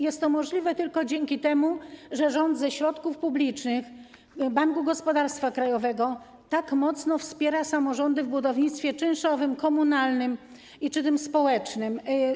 Jest to możliwe tylko dzięki temu, że rząd ze środków publicznych Banku Gospodarstwa Krajowego tak mocno wspiera samorządy w budownictwie czynszowym, komunalnym czy tym społecznym.